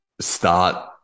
start